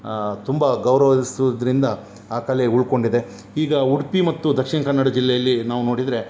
ತುಂಬ ಗೌರವಿಸೋದ್ರಿಂದ ಆ ಕಲೆ ಉಳ್ಕೊಂಡಿದೆ ಈಗ ಉಡುಪಿ ಮತ್ತು ದಕ್ಷಿಣ ಕನ್ನಡ ಜಿಲ್ಲೆಯಲ್ಲಿ ನಾವು ನೋಡಿದರೆ